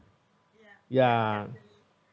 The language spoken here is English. ya